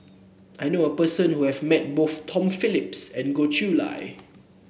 I knew a person who has met both Tom Phillips and Goh Chiew Lye